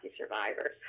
survivors